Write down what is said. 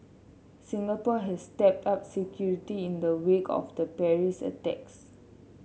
Singapore has stepped up security in the wake of the Paris attacks